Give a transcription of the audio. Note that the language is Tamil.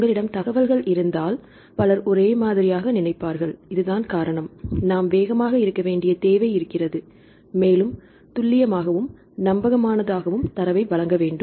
உங்களிடம் தகவல்கள் இருந்தால் பலர் ஒரே மாதிரியாக நினைப்பார்கள் இதுதான் காரணம் நாம் வேகமாக இருக்க வேண்டிய தேவை இருக்கிறது மேலும் துல்லியமாகவும் நம்பகமானதாகவும் தரவை வழங்க வேண்டும்